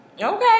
Okay